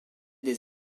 des